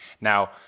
Now